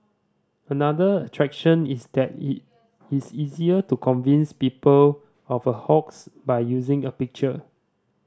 another attraction is that it is easier to convince people of a hoax by using a picture